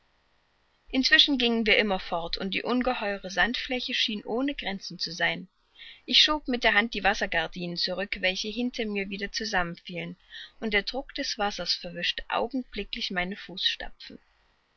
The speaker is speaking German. inzwischen gingen wir immer fort und die ungeheure sandfläche schien ohne grenzen zu sein ich schob mit der hand die wassergardinen zurück welche hinter mir wieder zusammenfielen und der druck des wassers verwischte augenblicklich meine fußstapfen